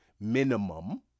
minimum